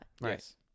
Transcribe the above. right